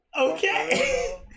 Okay